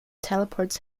teleports